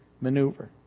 maneuver